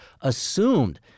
assumed